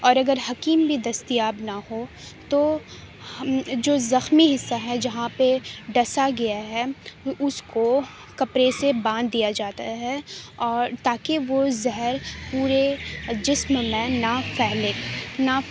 اور اگر حکیم بھی دستیاب نہ ہو تو ہم جو زخمی حصہ ہے جہاں پہ ڈسا گیا ہے اس کو کپڑے سے باندھ دیا جاتا ہے اور تاکہ وہ زہر پورے جسم میں نہ پھیلے نہ